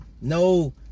No